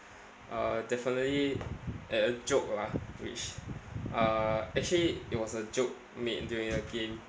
uh definitely a joke lah which uh actually it was a joke made during a game